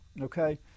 Okay